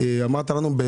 אמרת לנו שיש